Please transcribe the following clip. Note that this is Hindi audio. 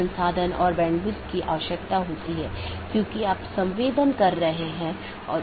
संचार में BGP और IGP का role BGP border gateway protocol और IGP इंटरनेट गेटवे प्रोटोकॉल